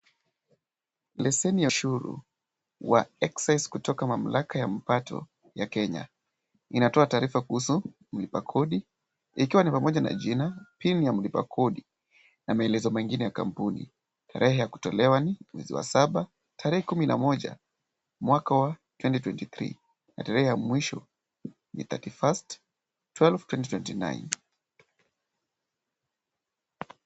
Leseni ya ushuru wa excess[ kutoka mamlaka ya mpato ya Kenya. Inatoa taarifa kuhusu mlipakodi ikiwa ni pamoja na jina, pin ya mlipakodi na maelezo mengine ya kampuni. Tarehe ya kutolewa ni mwezi wa saba, tarehe kumi na moja mwaka wa twenty twenty three na tarehe ya mwisho ni thirty first twelve twenty twenty nine .